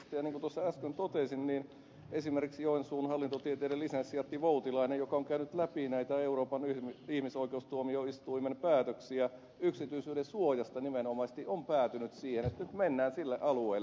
niin kuin äsken totesin esimerkiksi joensuun hallintotieteiden lisensiaatti voutilainen joka on käynyt läpi näitä euroopan ihmisoikeustuomioistuimen päätöksiä nimenomaisesti yksityisyyden suojasta on päätynyt siihen että nyt mennään sille alueelle